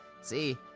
See